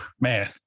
man